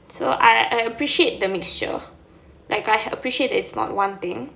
so I I appreciate the mixture like I appreciate that it's not one thing